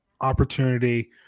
opportunity